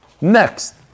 next